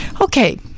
Okay